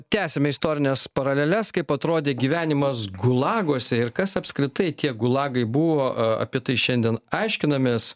tęsiame istorines paraleles kaip atrodė gyvenimas gulaguose ir kas apskritai tie gulagai buvo apie tai šiandien aiškinamės